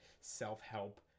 self-help